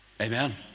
Amen